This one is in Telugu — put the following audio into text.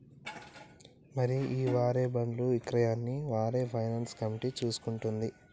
మరి ఈ వార్ బాండ్లు ఇక్రయాన్ని వార్ ఫైనాన్స్ కమిటీ చూసుకుంటుంది